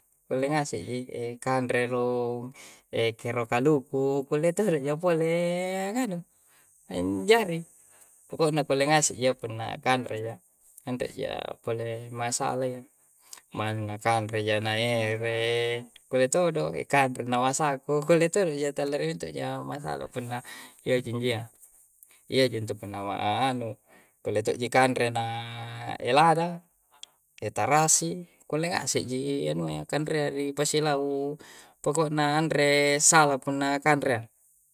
Kulle ngase' ji. Ekanre rung kero kaluku kulle todo' ja pole anganu, anjari. Poko'na kulle ngase' jiyya punna kanre ja. Anre'ja pole masala iyya. Manna kanre ja na ere, kulle todo'. Ekanre na masako, kulle todo' ji. Talarie minto' ja masala punna iyya ji injia. Iajintu punna ma'a anu, kulle to'ji kanre na lada, tarasi, kulle ngase' ji anuayya, kanrea ri pasilau' poko'na anre sala punna kanreyya.